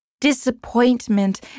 disappointment